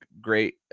great